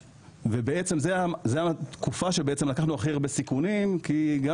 זו התקופה שלקחנו הכי הרבה סיכונים כי גם